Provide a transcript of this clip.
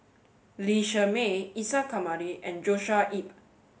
Lee Shermay Isa Kamari and Joshua Ip